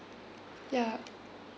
yeah